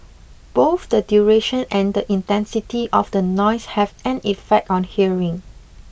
both the duration and the intensity of the noise have an effect on hearing